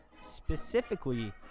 Specifically